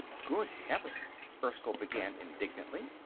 good heavens! erskyll began, indignantly.